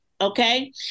okay